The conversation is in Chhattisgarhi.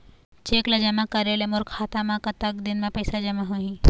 चेक ला जमा करे ले मोर खाता मा कतक दिन मा पैसा जमा होही?